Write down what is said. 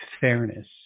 fairness